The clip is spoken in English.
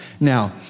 Now